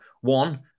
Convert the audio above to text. one